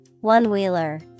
One-wheeler